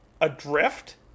Adrift